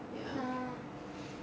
orh